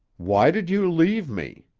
why did you leave me?